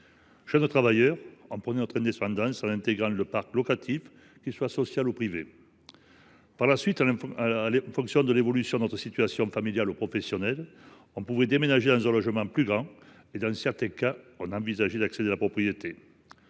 Jeunes travailleurs, nous prenions notre indépendance en intégrant le parc locatif, qu’il soit social ou privé. Par la suite, en fonction de l’évolution de notre situation familiale et professionnelle, il était possible de déménager pour un logement plus grand et, dans certains cas, d’envisager une accession à la propriété.